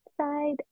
side